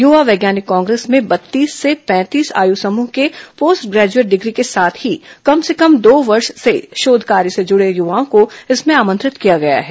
युवा वैज्ञानिक कांग्रेस में बत्तीस से पैंतीस आयु समूह के पोस्ट ग्रेजुएट डिग्री के साथ ही कम से कम दो वर्ष से शोध कार्य से जुड़े युवाओं को इसमें आमंत्रित किया गया है